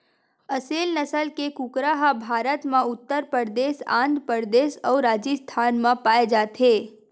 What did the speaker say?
असेल नसल के कुकरा ह भारत म उत्तर परदेस, आंध्र परदेस अउ राजिस्थान म पाए जाथे